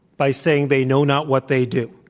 by saying they know not what they do,